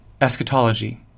Eschatology